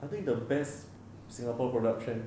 I think the best singapore production